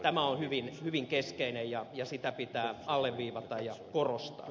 tämä on hyvin keskeinen asia ja sitä pitää alleviivata ja korostaa